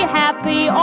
happy